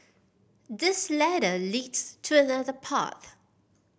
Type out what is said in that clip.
this ladder leads to another path